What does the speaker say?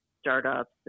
startups